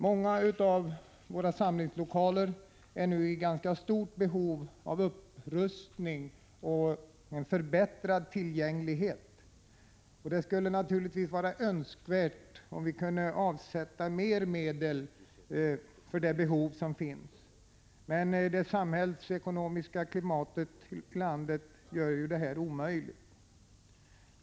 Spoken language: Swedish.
Många av våra samlingslokaler är nu i ganska stort behov av upprustning och av förbättrad tillgänglighet, och det skulle naturligtvis vara önskvärt om vi kunde avsätta större medel för det behov som finns, men det samhällsekonomiska läget i landet gör att detta inte är möjligt.